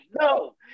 No